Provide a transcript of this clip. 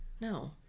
no